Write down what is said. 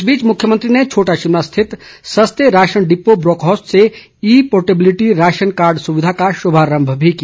इस बीच मुख्यमंत्री ने छोटा शिमला स्थित सस्ते राशन डिपो ब्रॉकहास्ट से ई पोर्टेबलिटी राशन कार्ड सुविधा का शुभारंभ भी किया